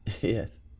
Yes